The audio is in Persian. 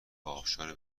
ابشار